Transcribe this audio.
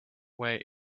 way